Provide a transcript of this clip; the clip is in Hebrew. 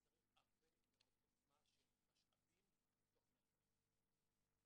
וצריך הרבה מאוד עוצמה של משאבים בתוך מערכת החינוך.